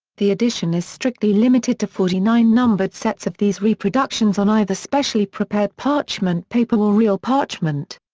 the edition is strictly limited to forty nine numbered sets of these reproductions on either specially prepared parchment paper or real parchment.